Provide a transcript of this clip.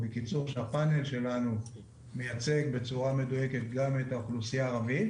שהפאנל שלנו מייצג בצורה מדויקת גם את האוכלוסייה הערבית